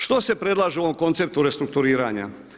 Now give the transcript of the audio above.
Što se predlaže u ovom konceptu restrukturiranja?